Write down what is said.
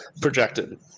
projected